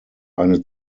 eine